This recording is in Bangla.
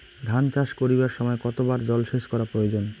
ধান চাষ করিবার সময় কতবার জলসেচ করা প্রয়োজন?